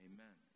Amen